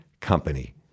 company